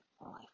life